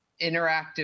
interactive